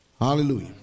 hallelujah